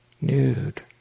nude